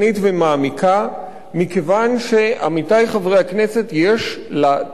מכיוון, עמיתי חברי הכנסת, שיש לדרך הזאת